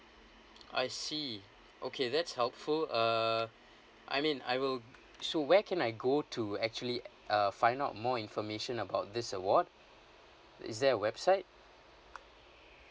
I see okay that's helpful uh I mean I will so where can I go to actually uh find out more information about this award is there a website